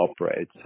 operate